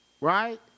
Right